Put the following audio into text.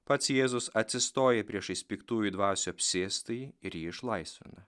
pats jėzus atsistoja priešais piktųjų dvasių apsėstąjį ir jį išlaisvina